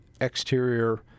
exterior